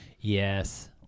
yes